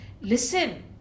Listen